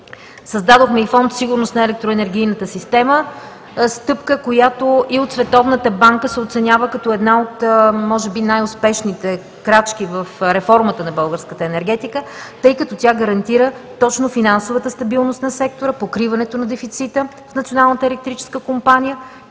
Създадохме и Фонд „Сигурност на електроенергийната система“ – стъпка, която и от Световната банка се оценява като една от може би най-успешните крачки в реформата на българската енергетика, тъй като тя гарантира точно финансовата стабилност на сектора, покриването на дефицита в Националната електрическа компания